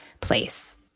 place